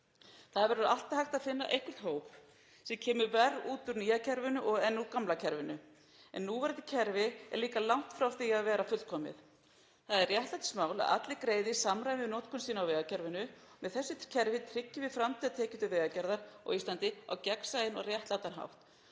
Það verður alltaf hægt að finna einhvern hóp sem kemur verr út úr nýja kerfinu en úr gamla kerfinu, en núverandi kerfi er líka langt frá því að vera fullkomið. Það er réttlætismál að allir greiði í samræmi við notkun sína á vegakerfinu og með þessu kerfi tryggjum við framtíðartekjur til vegagerðar á Íslandi á gegnsæjan og réttlátan hátt.